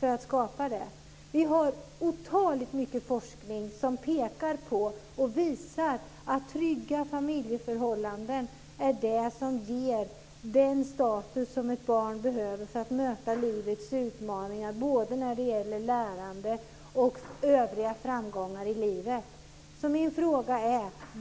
Det finns otaligt mycket forskning som pekar på och visar att trygga familjeförhållanden är det som ger den status ett barn behöver för att möta livets utmaningar både när det gäller lärande och övriga framgångar i livet.